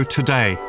Today